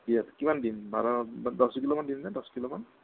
কিমান দিম বাৰ দহ কিলো মান দিমনে দহ কিলো মান